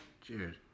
Cheers